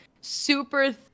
super